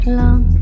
long